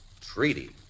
Treaty